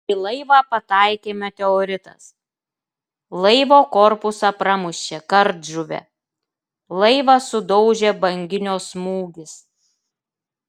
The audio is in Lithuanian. į laivą pataikė meteoritas laivo korpusą pramušė kardžuvė laivą sudaužė banginio smūgis